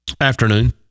Afternoon